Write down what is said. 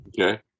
Okay